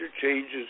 changes